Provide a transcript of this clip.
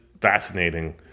fascinating